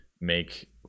make